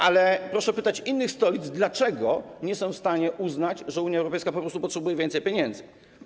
Ale proszę pytać innych stolic, dlaczego nie są w stanie uznać, że Unia Europejska po prostu potrzebuje więcej pieniędzy.